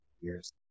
years